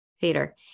theater